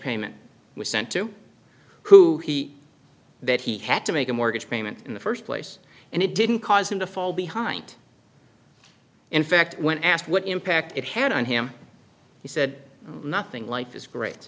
payment was sent to who he that he had to make a mortgage payment in the first place and it didn't cause him to fall behind in fact when asked what impact it had on him he said nothing life is great